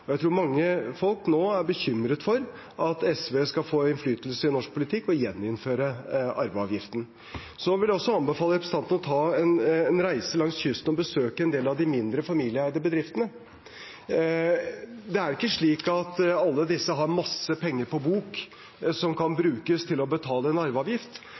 Jeg tror mange nå er bekymret for at SV skal få innflytelse i norsk politikk og gjeninnføre arveavgiften. Jeg vil også anbefale representanten å ta en reise langs kysten og besøke en del av de mindre familieeide bedriftene. Det er ikke slik at alle disse har masse penger på bok som kan brukes til å betale en arveavgift.